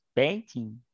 Painting